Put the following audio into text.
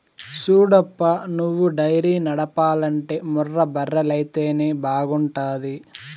సూడప్పా నువ్వు డైరీ నడపాలంటే ముర్రా బర్రెలైతేనే బాగుంటాది